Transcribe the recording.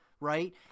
right